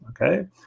Okay